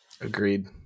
Agreed